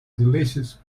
delicious